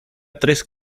tres